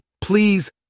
please